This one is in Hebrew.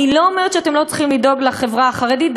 אני לא אומרת שאתם לא צריכים לדאוג לחברה החרדית.